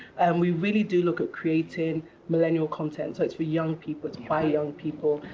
and we really do look at creating millennial content. so it's for young people. it's by young people.